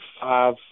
five